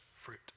fruit